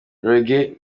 reggae